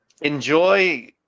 enjoy